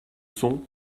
sons